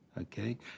okay